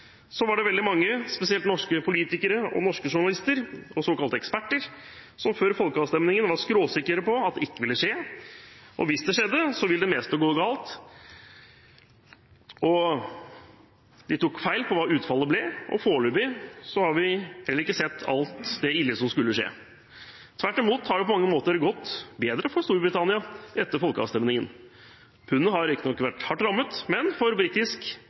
var det veldig mange, spesielt norske politikere, norske journalister og såkalte eksperter, som før folkeavstemningen var skråsikre på at det ikke ville skje, og at hvis det skjedde, ville det meste gå galt. De tok feil om hva utfallet ble, og foreløpig har vi heller ikke sett alt det ille som skulle skje. Tvert imot har det på mange måter gått bedre for Storbritannia etter folkeavstemningen. Pundet har riktignok vært hardt rammet, men for britisk